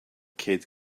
kid